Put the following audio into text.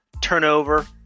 Turnover